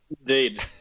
Indeed